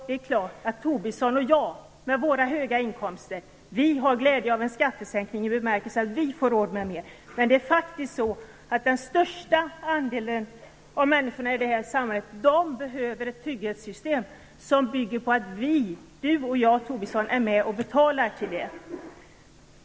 Det är klart att Lars Tobisson och jag, vi med våra höga inkomster, har glädje av en skattesänkning i den bemärkelsen att vi får råd med mer, men den största andelen av människorna i det här samhället behöver ett trygghetssystem som bygger på att vi, Lars Tobisson och jag, är med och betalar till det.